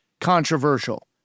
controversial